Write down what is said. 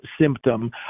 symptom